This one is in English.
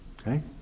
Okay